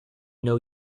know